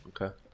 Okay